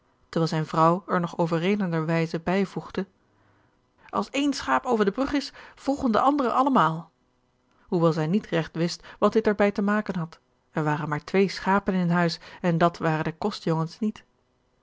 terwijl zijne vrouw er nog overredender wijze bijvoegde als een schaap over de brug is volgen de andere allemaal hoewel zij niet regt wist wat dit er bij te maken had er waren maar twee schapen in huis en dat waren de kostjongens niet